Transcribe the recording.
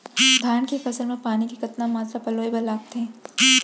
धान के फसल म पानी के कतना मात्रा पलोय बर लागथे?